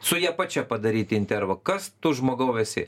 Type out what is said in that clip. su ja pačia padaryti intervą kas tu žmogau esi